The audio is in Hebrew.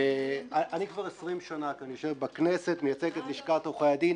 אני כבר 20 שנה יושב בכנסת ומייצג את לשכת עורכי הדין,